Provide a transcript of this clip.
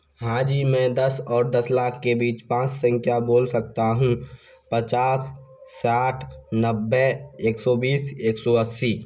हाँ जी मैं दस और दस लाख के बीच पाँच संख्या बोल सकता हूँ पचास साठ नब्बे एक सौ बीस एक सौ अस्सी